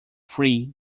three